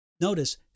Notice